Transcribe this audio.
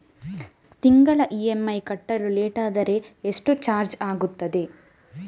ತಿಂಗಳ ಇ.ಎಂ.ಐ ಕಟ್ಟಲು ಲೇಟಾದರೆ ಎಷ್ಟು ಎಕ್ಸ್ಟ್ರಾ ಚಾರ್ಜ್ ಆಗುತ್ತದೆ?